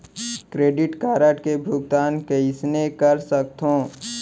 Credit card के भुगतान कईसने कर सकथो?